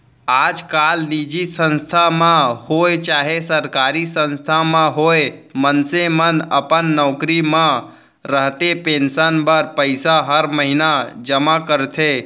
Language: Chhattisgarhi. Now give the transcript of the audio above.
आजकाल निजी संस्था म होवय चाहे सरकारी संस्था म होवय मनसे मन अपन नौकरी म रहते पेंसन बर पइसा हर महिना जमा करथे